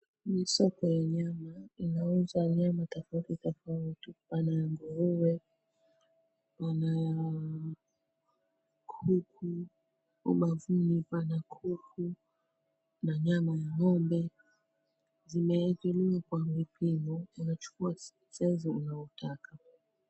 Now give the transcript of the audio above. Ni soko ya nyama, inauza nyama tofauti tofauti, pana ya nguruwe, pana ya kuku, ubavuni pana kuku na nyama ya ngo'mbe, zimeekelewa kwa vipimo, unachukua saizi unayotaka.